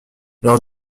leur